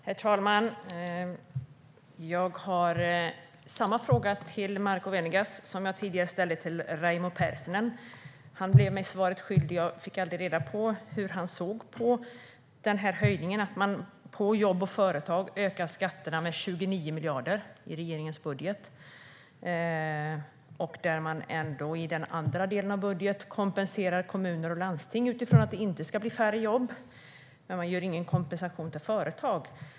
Herr talman! Jag vill ställa samma fråga till Marco Venegas som jag ställde till Raimo Pärssinen tidigare. Han blev mig svaret skyldig. Jag fick aldrig veta hur han ser på höjningen, på att regeringen höjer skatterna på jobb och företag med 29 miljarder i budgeten. I den andra delen av budgeten kompenserar man kommuner och landsting trots att det inte ska bli färre jobb. Men man ger ingen kompensation till företag.